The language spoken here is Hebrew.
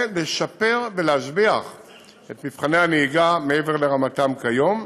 ולשפר ולהשביח את מבחני הנהיגה מעבר לרמתם כיום.